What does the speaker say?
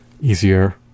easier